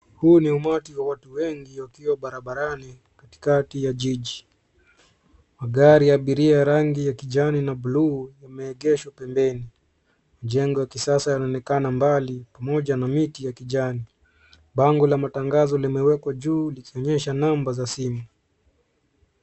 Huu ni umati wa watu wengi wakiwa barabarani katikati ya jiji. Magari ya abiria ya rangi ya kijani na buluu imeegeshwa pembeni. Mjengo ya kisasa yanaonekana mbali pamoja na miti ya kijani. Bango la matangazo limewekwa juu likionyesha namba za simu.